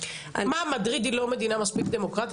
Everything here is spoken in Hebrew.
מה מדריד היא לא מדינה מספיק דמוקרטית